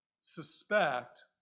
suspect